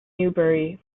newberry